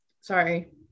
sorry